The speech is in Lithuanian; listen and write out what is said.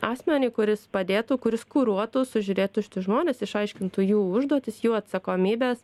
asmenį kuris padėtų kuris kuruotų sužiūrėtų šitus žmones išaiškintų jų užduotis jų atsakomybes